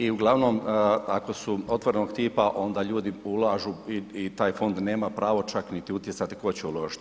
I uglavnom ako su otvorenog tipa onda ljudi ulažu i taj fond nema pravo čak niti utjecati tko će uložiti.